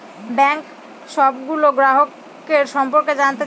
bank সবগুলো গ্রাহকের সম্পর্কে জানতে চায়